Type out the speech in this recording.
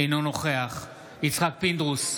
אינו נוכח יצחק פינדרוס,